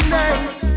nice